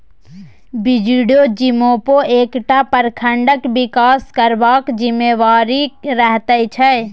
BDO जिम्मा एकटा प्रखंडक बिकास करबाक जिम्मेबारी रहैत छै